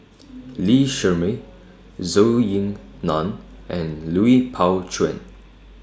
Lee Shermay Zhou Ying NAN and Lui Pao Chuen